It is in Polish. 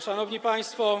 Szanowni Państwo!